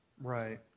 right